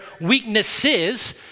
weaknesses